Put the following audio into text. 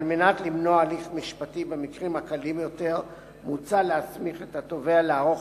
על מנת למנוע הליך משפטי במקרים הקלים יותר מוצע להסמיך את התובע לערוך,